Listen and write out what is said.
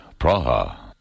Praha